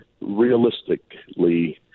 realistically